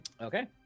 Okay